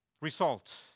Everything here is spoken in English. result